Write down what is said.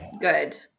Good